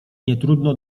nietrudno